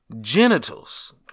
genitals